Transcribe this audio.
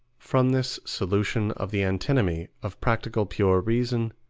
from this solution of the antinomy of practical pure reason,